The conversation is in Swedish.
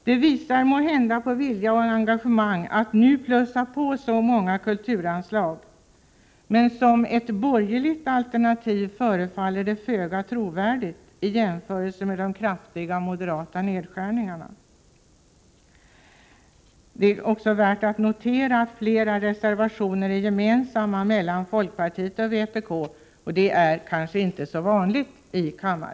Det tyder måhända på vilja och engagemang att nu höja så många kulturanslag, men som ett borgerligt alternativ förefaller det föga trovärdigt i jämförelse med de kraftiga moderata nedskärningarna. Det är också värt att notera att flera reservationer är gemensamma för folkpartiet och vpk, vilket inte är så vanligt.